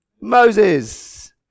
Moses